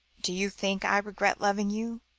do you think i regret loving you?